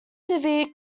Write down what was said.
severe